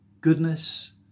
goodness